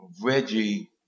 Reggie